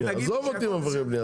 עזוב אותי עכשיו ממפקחי הבנייה,